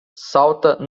salta